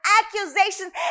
accusations